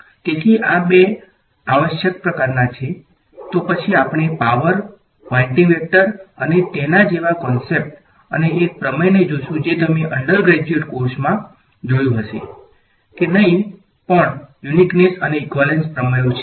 તેથી આ બે આવશ્યક પ્રકારના છે તો પછી આપણે પાવર પોઇંટિંગ વેક્ટર અને તેના જેવા કૉન્સેપ્ટ અને એક પ્રમેયને જોશું જે તમે અંડરગ્રેજ્યુએટ કોર્સમાં જોયું હશે કે નહીં પણ જે યુનીકનેસ પ્રમેયો બરાબર છે